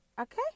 Okay